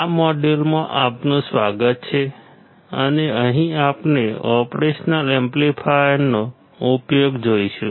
આ મોડ્યુલમાં આપનું સ્વાગત છે અને અહીં આપણે ઓપરેશનલ એમ્પ્લીફાયર્સનો ઉપયોગ જોઈશું